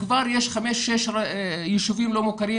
וכבר יש חמישה-שישה ישובים לא מוכרים